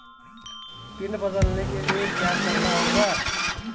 Pin बदलने के लिए क्या करना होगा?